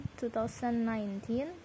2019